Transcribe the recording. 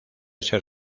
ser